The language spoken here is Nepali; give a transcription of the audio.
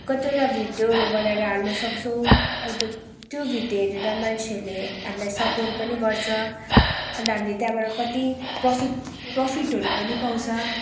कतिवटा भिडियोहरू बनाएर हाल्न सक्छौँ त त्यो भिडियो हेरेर मान्छेहरूले हामीलाई सपोर्ट पनि गर्छ अन्त हामीले त्यहाँबाट कति प्रफिट प्रफिटहरू पनि पाउँछ